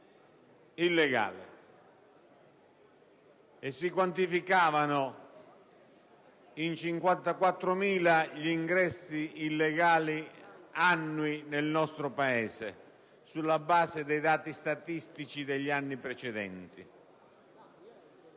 illegale e si quantificavano in 54.000 gli ingressi illegali annui nel nostro Paese, sulla base dei dati statistici degli anni precedenti.